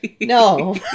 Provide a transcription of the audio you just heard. no